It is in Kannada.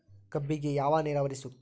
ಕಬ್ಬಿಗೆ ಯಾವ ನೇರಾವರಿ ಸೂಕ್ತ?